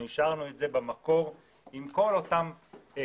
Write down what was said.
אנחנו השארנו את זה במקור עם כל אותם כלים.